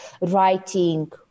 writing